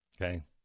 Okay